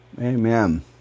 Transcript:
Amen